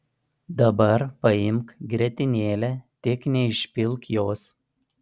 dabar paimk grietinėlę tik neišpilk jos